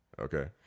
Okay